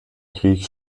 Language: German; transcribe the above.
krieg